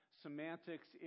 semantics